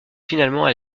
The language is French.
finalement